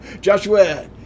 Joshua